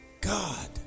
God